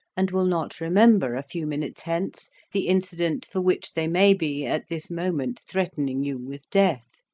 and will not remember a few minutes hence the incident for which they may be at this moment threatening you with death,